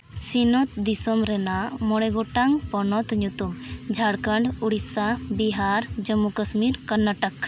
ᱥᱤᱧᱚᱛ ᱫᱤᱥᱚᱢ ᱨᱮᱱᱟᱜ ᱢᱚᱬᱮ ᱜᱚᱴᱟᱝ ᱯᱚᱱᱚᱛ ᱧᱩᱛᱩᱢ ᱡᱷᱟᱲᱠᱷᱚᱸᱰ ᱩᱲᱤᱥᱥᱟ ᱵᱤᱦᱟᱨ ᱡᱚᱢᱢᱩ ᱠᱟᱹᱥᱢᱤᱨ ᱠᱚᱨᱱᱟᱴᱚᱠ